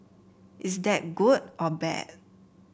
is that good or bad